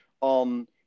on